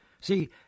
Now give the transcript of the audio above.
See